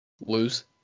Lose